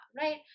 right